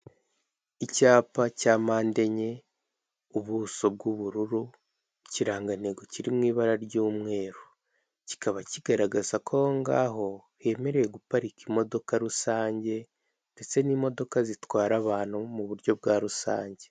Umuhanda uriho amapave asa ikigina, imbere y'umuhanda hari ubusitani bwiza cyane bufite indabyo zisa umuhondo n'icyatsi, impande y'uwo muhanda hari inyubako nziza cyane ifite amabara asa umweru n'umukara hirya yaho hariho indi nyubako ifite amabara